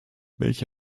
welche